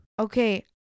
Okay